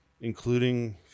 including